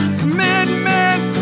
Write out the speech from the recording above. commitment